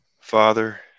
Father